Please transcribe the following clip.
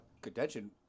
contention